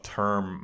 term